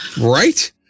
Right